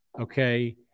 okay